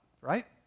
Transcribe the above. right